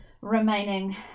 remaining